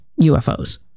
UFOs